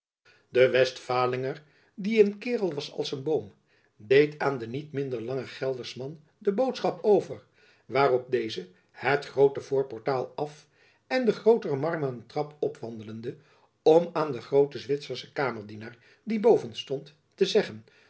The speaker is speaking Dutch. de westfalinger die een kaerel was als een boom deed aan den niet minder langen geldersman de boodschap over waarop deze het groote voorportaal afen den grooten marmeren trap opwandelde om aan den grooten zwitserschen kamerdienaar die boven stond te zeggen